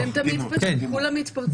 אבל אתם תמיד, פשוט כולם מתפרצים.